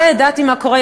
לא ידעתי מה קורה,